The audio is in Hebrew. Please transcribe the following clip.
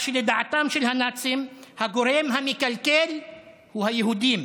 לדעתם של הנאצים הגורם המקלקל הוא היהודים.